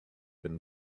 been